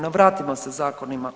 No vratimo se zakonima